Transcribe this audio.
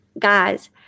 Guys